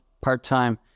part-time